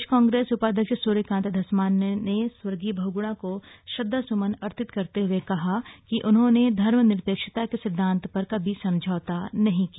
प्रदेश Congress उपाध्यक्ष Suryakant Dhasmana ने खर्गीय बहुगुणा को श्रद्धासुमन अर्तित करते हुये कहा कि उन्होंने धर्म निरपेक्षता के सिद्वान्त पर कभी समझौता नहीं किया